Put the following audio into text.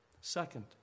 Second